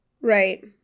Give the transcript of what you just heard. Right